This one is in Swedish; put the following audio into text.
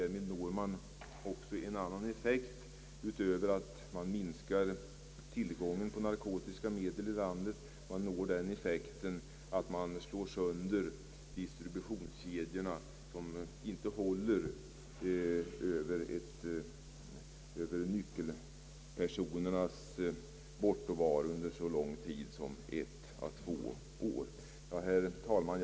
Utöver att man minskar tillgången på narkotika i landet når man då också en annan effekt, nämligen att man slår sönder distributionskedjorna, som inte fungerar under nyckelpersonernas bortovaro under så lång tid som ett å två år. Herr talman!